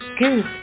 good